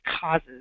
causes